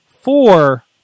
four